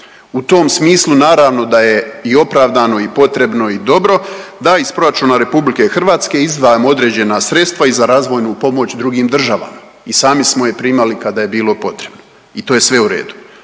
U tom smislu naravno da je i opravdano i potrebno i dobro da iz proračuna RH izdvajamo određena sredstva i za razvojnu pomoć drugim državama. I sami smo je primali kada je bilo potrebno i to je sve u redu.